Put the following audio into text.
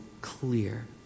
clear